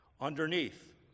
underneath